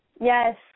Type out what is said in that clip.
Yes